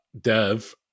Dev